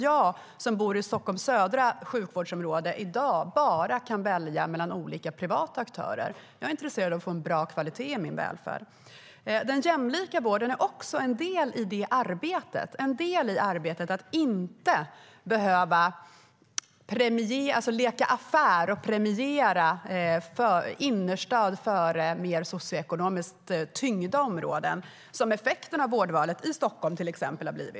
Jag som bor i Stockholms södra sjukvårdsområde kan i dag bara välja mellan olika privata aktörer. Jag är intresserad av att få en bra kvalitet i min välfärd. Den jämlika vården är också en del i det arbetet. Man ska inte leka affär och premiera innerstad framför socioekonomiskt mer tyngda områden, vilket ju har blivit effekten av vårdvalet i till exempel Stockholm.